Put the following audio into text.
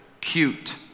cute